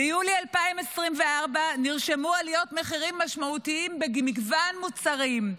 ביולי 2024 נרשמו עליות מחירים משמעותיות במגוון מוצרים,